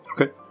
Okay